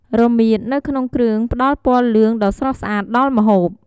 រមៀតនៅក្នុងគ្រឿងផ្ដល់ពណ៌លឿងដ៏ស្រស់ស្អាតដល់ម្ហូប។